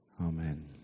Amen